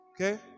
Okay